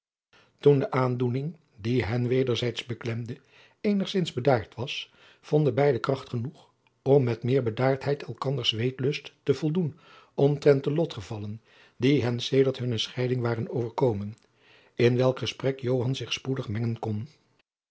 toen de aandoening die hen wederzijds beklemde eenigzins bedaard was vonden beide kracht genoeg om met meer bedaardheid elkanders weetlust te voldoen omtrent de lotgevallen die hen sedert hunne scheiding waren overkomen in welk gesprek joan zich spoedig mengen kon